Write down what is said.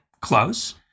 close